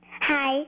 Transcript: Hi